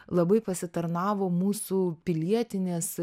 labai pasitarnavo mūsų pilietinės